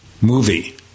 movie